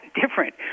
different